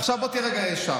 עכשיו, בוא תהיה רגע ישר.